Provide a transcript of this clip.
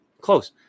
close